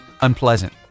unpleasant